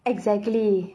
exactly